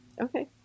Okay